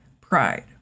pride